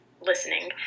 listening